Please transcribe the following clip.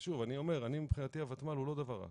ושוב אני אומר שמבחינתי הוותמ"ל הוא לא דבר רע,